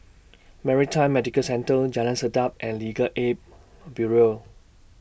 Maritime Medical Centre Jalan Sedap and Legal Aid Bureau